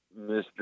Mr